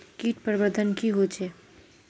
किट प्रबन्धन की होचे?